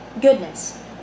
goodness